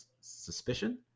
suspicion